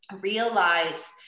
realize